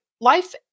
life